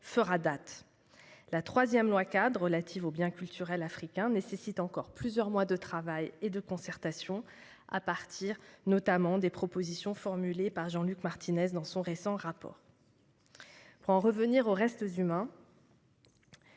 fera date. La troisième loi-cadre, relative aux biens culturels africains, nécessite encore plusieurs mois de travail et de concertations à partir, notamment, des propositions formulées par Jean-Luc Martinez dans son récent rapport. Pour en revenir aux restes humains,